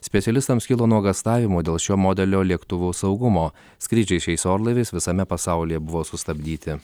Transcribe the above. specialistams kilo nuogąstavimų dėl šio modelio lėktuvų saugumo skrydžiai šiais orlaiviais visame pasaulyje buvo sustabdyti